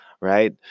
right